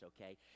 okay